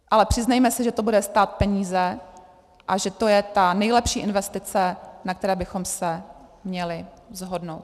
Ale přiznejme si, že to bude stát peníze a že to je ta nejlepší investice, na které bychom se měli shodnout.